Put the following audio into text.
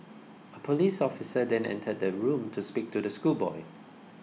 a police officer then entered the room to speak to the schoolboy